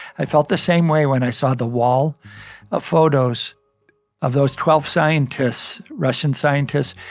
i felt the same way when i saw the wall of photos of those twelve scientists, russian scientists,